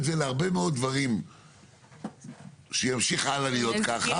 זה להרבה מאוד דברים שימשיך הלאה להיות ככה.